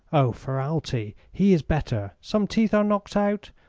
oh, ferralti? he is better. some teeth are knocked out,